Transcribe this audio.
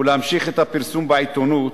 ולהמשיך את הפרסום בעיתונות,